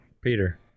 Peter